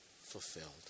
fulfilled